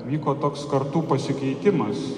vyko toks kartų pasikeitimas